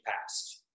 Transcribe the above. past